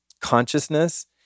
consciousness